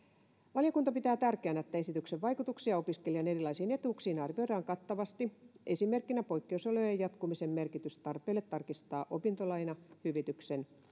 valiokunta pitää tärkeänä että esityksen vaikutuksia opiskelijan erilaisiin etuuksiin arvioidaan kattavasti esimerkkinä poikkeusolojen jatkumisen merkitys tarpeelle tarkistaa opintolainahyvityksen